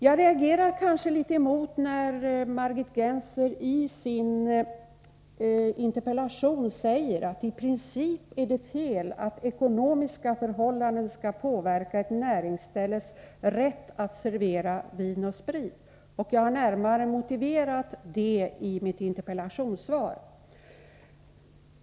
Jag reagerar litet mot att Margit Gennser i sin interpellation säger: ”I princip är det fel att ekonomiska förhållanden skall påverka ett näringsställes rätt att servera vin och sprit.” Jag har närmare motiverat detta i mitt interpellationssvar.